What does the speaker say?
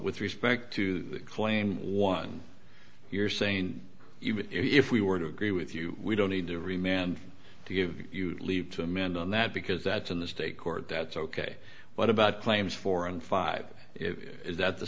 with respect to claim one you're saying even if we were to agree with you we don't need to remember to give you leave to amend on that because that's in the state court that's ok what about claims four and five is that the